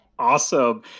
Awesome